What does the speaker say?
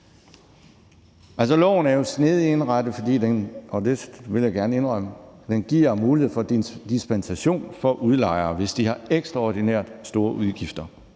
vil jeg gerne indrømme – fordi den giver mulighed for dispensation for udlejere, hvis de har ekstraordinært store udgifter.